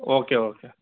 okay okay